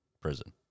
prison